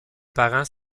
parents